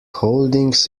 holdings